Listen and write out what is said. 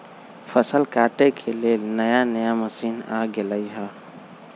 फसल काटे के लेल नया नया मशीन आ गेलई ह